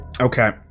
Okay